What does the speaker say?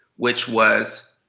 which was